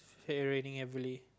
raining heavily